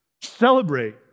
celebrate